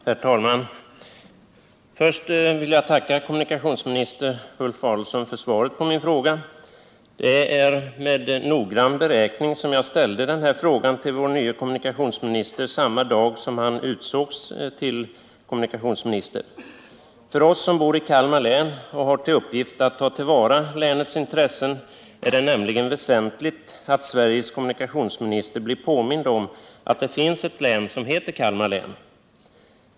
Herr talman! Först vill jag tacka kommunikationsminister Ulf Adelsohn för svaret på min fråga. Det är med noggrann beräkning som jag ställde den här frågan till vår nye kommunikationsminister samma dag som han utsågs till kommunikationsminister. För oss som bor i Kalmar län och har till uppgift att ta till vara länets intressen är det nämligen väsentligt att Sveriges kommunikationsminister blir påmind om att det finns ett län som heter Kalmar län.